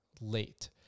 late